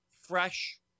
fresh